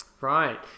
Right